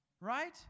Right